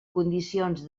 condicions